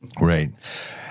Right